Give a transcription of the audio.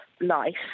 life